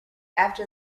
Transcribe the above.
after